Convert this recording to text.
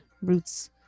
roots